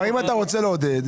אם אתה רוצה לעודד,